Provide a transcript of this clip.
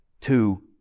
Two